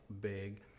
big